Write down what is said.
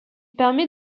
permet